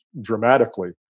dramatically